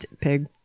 Pig